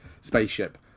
spaceship